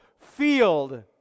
field